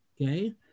Okay